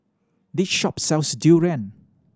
this shop sells durian